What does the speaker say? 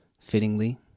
fittingly